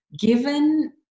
given